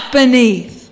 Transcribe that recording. beneath